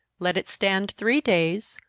let it stand three days,